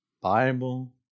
Bible